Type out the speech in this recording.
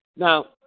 Now